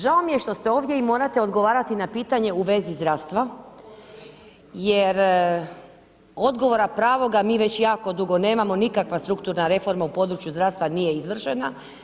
Žao mi je što ste ovdje i morate odgovarati na pitanje u vezi zdravstva jer odgovora pravoga mi već jako dugo nemamo, nikakva strukturna reforma u području zdravstva nije izvršena.